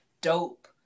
Dope